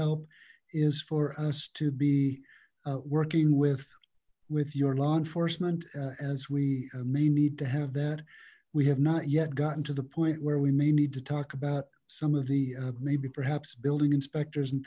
help is for us to be working with with your law enforcement as we may need to have that we have not yet gotten to the point where we may need to talk about some of the maybe perhaps building inspectors and